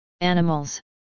animals